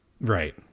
Right